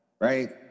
right